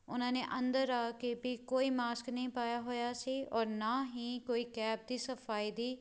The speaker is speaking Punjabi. ਉਹਨਾਂ ਨੇ ਅੰਦਰ ਆ ਕੇ ਵੀ ਕੋਈ ਮਾਸਕ ਨਹੀਂ ਪਾਇਆ ਹੋਇਆ ਸੀ ਔਰ ਨਾ ਹੀ ਕੋਈ ਕੈਬ ਦੀ ਸਫਾਈ ਦੀ